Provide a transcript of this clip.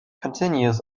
continues